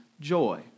joy